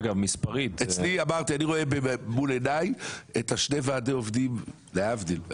אני רואה מול עיניי את שני ועדי העובדים, להבדיל,